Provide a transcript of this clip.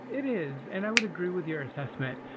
it is, and i would agree with your assessment.